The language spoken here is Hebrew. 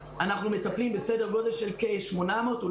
אנחנו מטפלים בסדר גודל של כ-800,000